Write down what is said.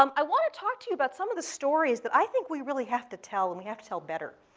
um i want to talk to you about some of the stories that i think we really have to tell, and we have to tell better.